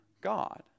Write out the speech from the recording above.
God